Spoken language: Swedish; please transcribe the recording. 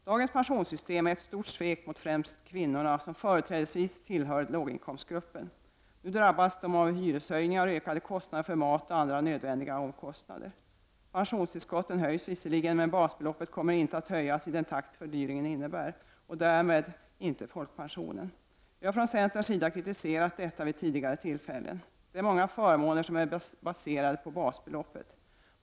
Dagens pensionssystem är ett stort svek mot främst kvinnorna som företrädesvis tillhör låginkomstgrupper. Nu drabbas de av hyreshöjningar och ökade kostnader för mat och andra nödvändiga omkostnader. Pensionstillskotten höjs visserligen, men basbeloppet kommer inte att höjas i den takt fördyringarna inträder. Därmed höjs inte heller folkpensionen. Vi har från centerns sida kritiserat detta vid tidigare tillfällen. Det är många förmåner som är baserade på basbeloppet.